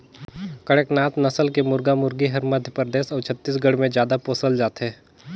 कड़कनाथ नसल के मुरगा मुरगी हर मध्य परदेस अउ छत्तीसगढ़ में जादा पोसल जाथे